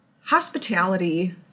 Hospitality